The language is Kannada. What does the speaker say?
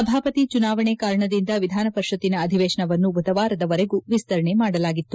ಸಭಾಪತಿ ಚುನಾವಣೆ ಕಾರಣದಿಂದ ವಿಧಾನಪರಿಷತ್ತಿನ ಅಧಿವೇಶನವನ್ನು ಬುಧವಾರದವರೆಗೂ ವಿಸ್ತರಣೆ ಮಾಡಲಾಗಿತ್ತು